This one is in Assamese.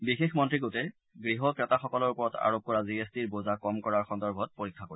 বিশেষ মন্ত্ৰীগোটে গৃহ ক্ৰেতাসকলৰ ওপৰত আৰোপ কৰা জি এছ টিৰ বোজা কম কৰাৰ সন্দৰ্ভত পৰীক্ষা কৰিব